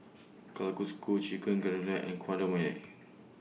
Chicken and Guacamole